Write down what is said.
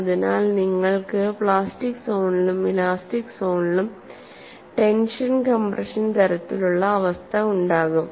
അതിനാൽ നിങ്ങൾക്ക് പ്ലാസ്റ്റിക് സോണിലും ഇലാസ്റ്റിക് സോണിലും ടെൻഷൻ കംപ്രഷൻ തരത്തിലുള്ള അവസ്ഥ ഉണ്ടാകും